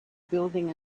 building